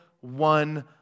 one